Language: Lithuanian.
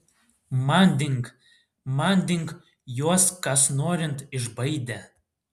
manding manding juos kas norint išbaidė